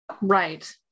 Right